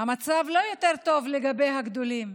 המצב לא יותר טוב לגבי הגדולים.